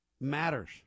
matters